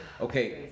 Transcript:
Okay